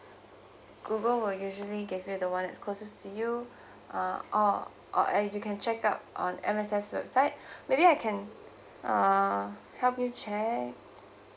google will usually gave you the one that's closest to you uh oh or you can check out on M_S_F website maybe I can uh help you check